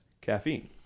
caffeine